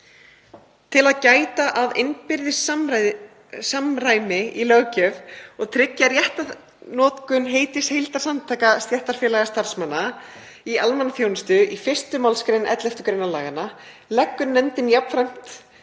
Til að gæta að innbyrðis samræmi í löggjöf og tryggja rétta notkun heitis heildarsamtaka stéttarfélaga starfsmanna í almannaþjónustu í 1. mgr. 11. gr. laganna leggur nefndin jafnframt